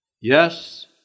Yes